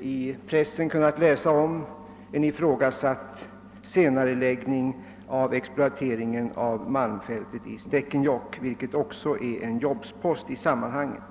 i pressen kunnat läsa om en ifrågasatt senareläggning av exploateringen av malmfältet i Stekenjokk, vilket är en jobspost i sammanhanget.